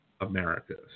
Americas